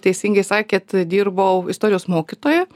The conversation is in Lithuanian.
teisingai sakėt dirbau istorijos mokytoja